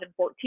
2014